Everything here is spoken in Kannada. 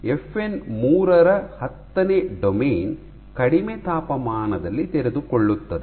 ಎಫ್ಎನ್ 3 ನ ಹತ್ತನೇ ಡೊಮೇನ್ ಕಡಿಮೆ ತಾಪಮಾನದಲ್ಲಿ ತೆರೆದುಕೊಳ್ಳುತ್ತದೆ